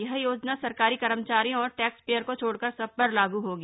यह योजना सरकारी कर्मचारियों और टैक्स पेयर को छोड़कर सब पर लागू होगी